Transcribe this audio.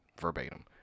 verbatim